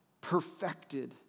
perfected